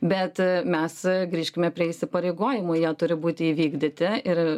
bet mes grįžkime prie įsipareigojimų jie turi būti įvykdyti ir